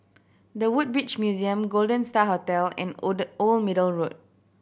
The Woodbridge Museum Golden Star Hotel and Old Old Middle Road